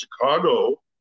Chicago